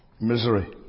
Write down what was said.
misery